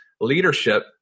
leadership